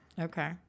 Okay